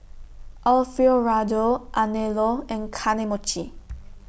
Alfio Raldo Anello and Kane Mochi